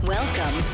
Welcome